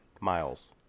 miles